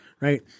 right